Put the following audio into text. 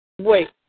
Wait